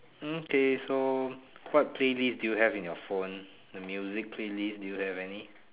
okay so what playlist do you have in your phone the music playlist do you have any